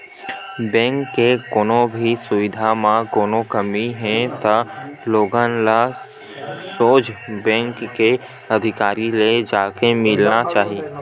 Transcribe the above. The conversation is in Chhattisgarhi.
बेंक के कोनो भी सुबिधा म कोनो कमी हे त लोगन ल सोझ बेंक के अधिकारी ले जाके मिलना चाही